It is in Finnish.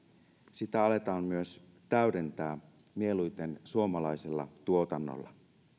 sitä aletaan myös täydentää mieluiten suomalaisella tuotannolla